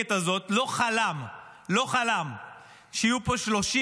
המנותקת הזאת לא חלם שיהיו פה 38